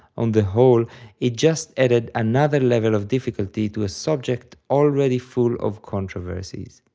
on the whole it just added another level of difficulty to a subject already full of controversies.